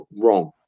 wrong